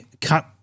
cut